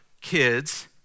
kids